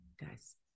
guys